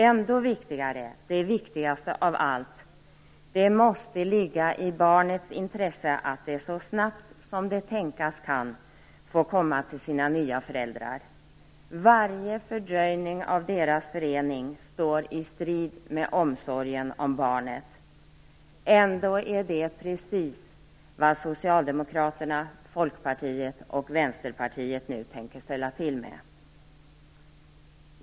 Ändå viktigare är - det viktigaste av allt - att det måste ligga i barnets intresse att så snabbt som det tänkas kan får komma till sina nya föräldrar. Varje fördröjning av deras förening står i strid med omsorgen om barnet. Ändå är det precis vad Socialdemokraterna, Folkpartiet och Vänsterpartiet nu tänker ställa till med.